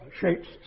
shapes